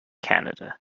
canada